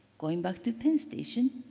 going back to penn station,